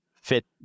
fit